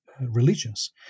Religions